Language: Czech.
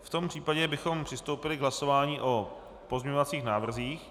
V tom případě bychom přistoupili k hlasování o pozměňovacích návrzích.